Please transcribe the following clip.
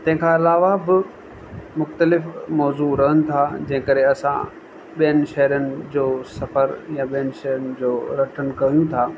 तंहिंखां अलावा ब मुख्तलिफ़ मौज़ु रहन था जंहिं करे असां ॿियनि शहरनि जो सफ़रु या ॿियन शहरनि जो रिटर्न कयूंथा